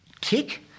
Tick